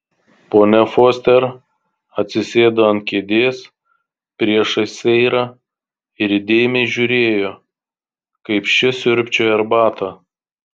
ponia foster atsisėdo ant kėdės priešais seirą ir įdėmiai žiūrėjo kaip ši siurbčioja arbatą